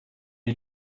you